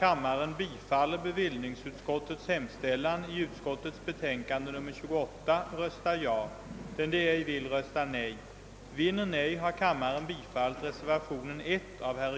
Frågan om en lagändring av detta slag har väckts av 1966 års myntkommitté; anledningen härtill är det på sistone kraftigt stegrade världsmarknadspriset på silver.